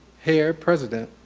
hair president,